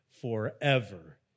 forever